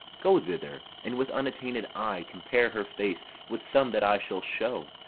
go thither, and with unattainted eye compare her face with some that i shall show,